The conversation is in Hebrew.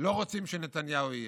שלא רוצים שנתניהו יהיה.